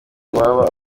iwabo